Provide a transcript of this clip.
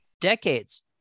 decades